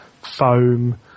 Foam